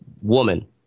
woman